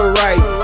right